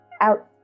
out